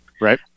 Right